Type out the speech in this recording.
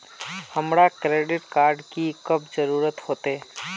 हमरा credit card की कब जरूरत होते?